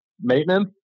maintenance